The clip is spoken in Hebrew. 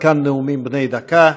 עד כאן נאומים בני דקה.